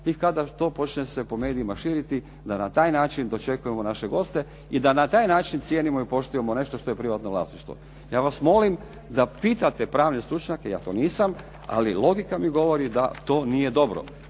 i kada to počne po medijima se širiti da na taj način dočekujemo naše goste i da na taj način cijenimo i poštujemo nešto što je privatno vlasništvo. Ja vas molim da pitate pravne stručnjake, ja to nisam ali logika mi govori da to nije dobro,